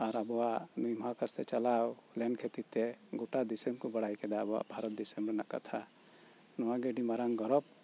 ᱟᱨ ᱟᱵᱚᱣᱟᱜ ᱢᱚᱦᱟᱠᱟᱥ ᱛᱮ ᱪᱟᱞᱟᱣ ᱞᱮᱱ ᱠᱷᱟᱛᱤᱨ ᱛᱮ ᱜᱚᱴᱟ ᱫᱤᱥᱚᱢ ᱠᱚ ᱵᱟᱲᱟᱭ ᱠᱮᱫᱟ ᱟᱵᱚᱣᱟᱜ ᱵᱷᱟᱨᱚᱛ ᱫᱤᱥᱚᱢ ᱨᱮᱱᱟᱜ ᱠᱟᱛᱷᱟ ᱱᱚᱣᱟ ᱜᱮ ᱟᱰᱤ ᱢᱟᱨᱟᱝ ᱜᱚᱨᱚᱵᱽ